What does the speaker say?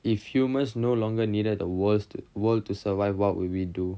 if humans no longer needed the worst work to survive what would we do